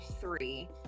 three